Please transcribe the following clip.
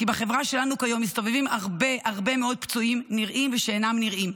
כי בחברה שלנו כיום מסתובבים הרבה הרבה מאוד פצועים נראים ושאינם נראים,